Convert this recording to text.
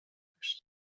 داشت